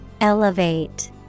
Elevate